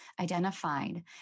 identified